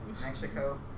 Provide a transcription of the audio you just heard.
Mexico